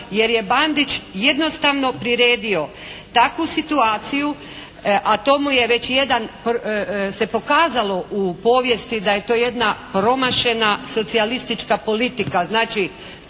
jer je Bandić jednostavno priredio takvu situaciju a to mu je već jedan se pokazalo u povijesti da je to jedna promašena socijalistička politika.